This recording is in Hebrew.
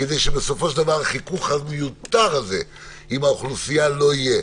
כדי שבסופו של דבר החיכוך המיותר הזה עם האוכלוסייה לא יהיה.